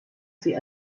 sie